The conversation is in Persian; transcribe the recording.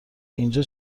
اینجا